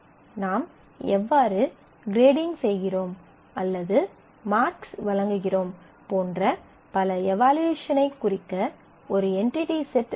நாம் எவ்வாறு கிரேடிங் செய்கிறோம் அல்லது மார்க்ஸ் வழங்குகிறோம் போன்ற பல எவலுயேசனைக் குறிக்க ஒரு என்டிடி செட் தேவை